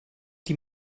die